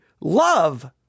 love